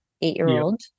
eight-year-old